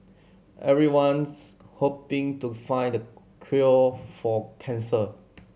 everyone's hoping to find the cure for cancer